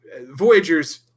Voyager's